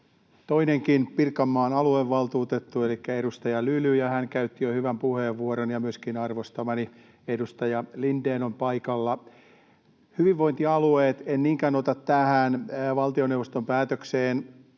toinenkin Pirkanmaan aluevaltuutettu elikkä edustaja Lyly. Hän käytti jo hyvän puheenvuoron. Myöskin arvostamani edustaja Lindén on paikalla. Hyvinvointialueet: En ehkä niinkään ota kantaa tähän valtioneuvoston päätökseen